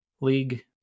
league